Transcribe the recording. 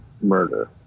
murder